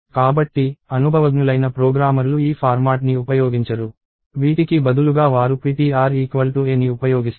కాబట్టి అనుభవజ్ఞులైన ప్రోగ్రామర్లు ఈ ఫార్మాట్ ని ఉపయోగించరు వీటికి బదులుగా వారు ptr a ని ఉపయోగిస్తారు